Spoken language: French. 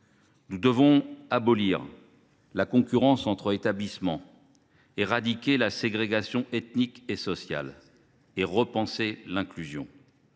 Nous devons abolir la concurrence entre établissements, éradiquer la ségrégation ethnique et sociale, repenser l’inclusion.